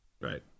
Right